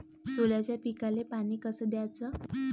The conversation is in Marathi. सोल्याच्या पिकाले पानी कस द्याचं?